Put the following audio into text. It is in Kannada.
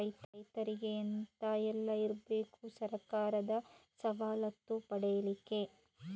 ರೈತರಿಗೆ ಎಂತ ಎಲ್ಲ ಇರ್ಬೇಕು ಸರ್ಕಾರದ ಸವಲತ್ತು ಪಡೆಯಲಿಕ್ಕೆ?